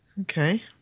okay